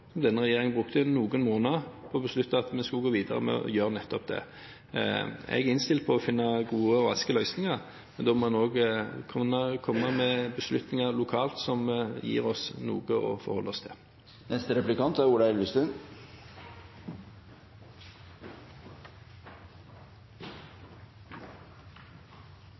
Denne regjeringen brukte noen måneder på å beslutte at vi skulle gå videre med å gjøre nettopp det. Jeg er innstilt på å finne gode og raske løsninger. Da må en også kunne komme med beslutninger lokalt som gir oss noe å forholde oss til.